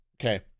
Okay